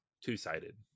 two-sided